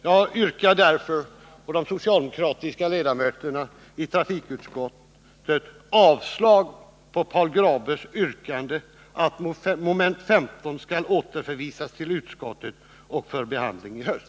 Jag yrkar därför å mina och de socialdemokratiska ledamöternas i trafikutskottet vägnar avslag på Paul Grabös yrkande om att mom. 15 skall återförvisas till utskottet för behandling i höst.